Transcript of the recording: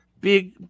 Big